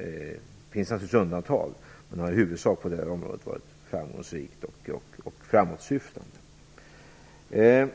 det finns naturligtvis undantag - i huvudsak har varit framgångsrik och framåtsyftande på detta område.